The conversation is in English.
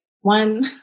one